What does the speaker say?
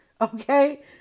okay